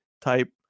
type